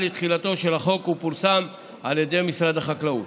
לתחילתו של החוק ופורסם על ידי משרד החקלאות.